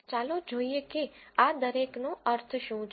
ચાલો જોઈએ કે આ દરેકનો અર્થ શું છે